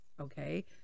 Okay